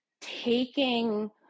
taking